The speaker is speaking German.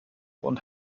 und